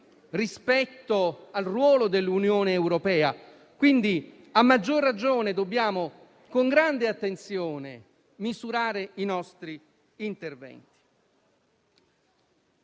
rispetto al ruolo dell'Unione europea. Quindi, a maggior ragione, dobbiamo con grande attenzione misurare i nostri interventi.